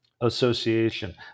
association